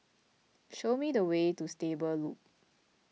show me the way to Stable Loop